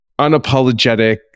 unapologetic